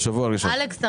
אלכס,